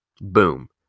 Boom